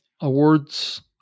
awards